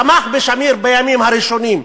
תמך בשמיר בימים הראשונים.